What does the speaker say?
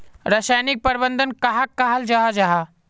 रासायनिक प्रबंधन कहाक कहाल जाहा जाहा?